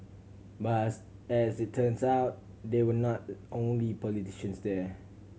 but as as it turns out they were not the only politicians there